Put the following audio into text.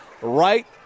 right